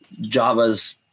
Java's